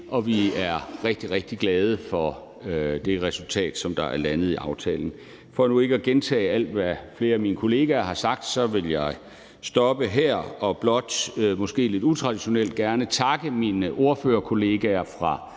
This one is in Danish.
og vi er rigtig, rigtig glade for det resultat, som er landet i aftalen. For nu ikke at gentage alt, hvad flere af mine kollegaer har sagt, så vil jeg gerne stoppe her og måske lidt utraditionelt takke mine ordførerkollegaer fra